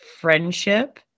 friendship